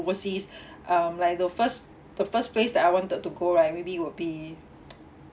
overseas um like the first the first place that I wanted to go right maybe would be